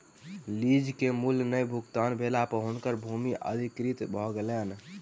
lease के मूल्य नै भुगतान भेला पर हुनकर भूमि अधिकृत भ गेलैन